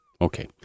okay